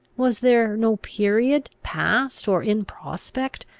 was there no period, past or in prospect,